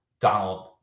Donald